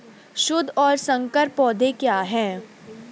शुद्ध और संकर पौधे क्या हैं?